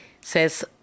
says